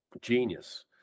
genius